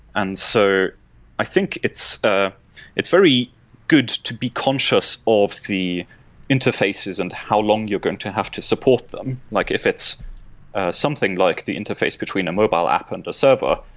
and so i think it's ah it's very good to be conscious of the interfaces and how long you're going to have to support them. like if it's something like the interface between a mobile app and a server,